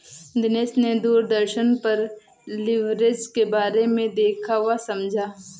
दिनेश ने दूरदर्शन पर लिवरेज के बारे में देखा वह समझा